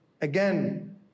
again